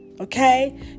Okay